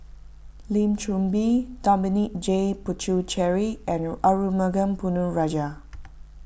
Lim Chor Pee Dominic J Puthucheary and Arumugam Ponnu Rajah